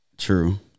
True